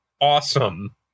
awesome